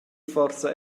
forsa